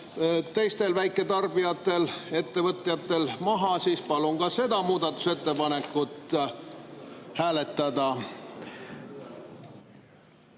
teistel väiketarbijatel, ettevõtjatel maha, siis palun ka seda muudatusettepanekut hääletada.